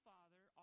Father